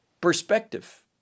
perspective